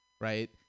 right